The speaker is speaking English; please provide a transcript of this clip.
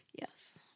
Yes